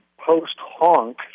post-Honk